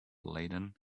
laden